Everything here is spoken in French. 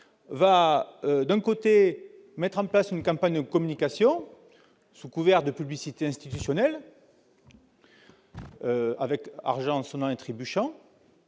décide de mettre en place une campagne de communication, sous couvert de publicité institutionnelle- avec argent sonnant et trébuchant